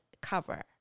cover